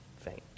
faint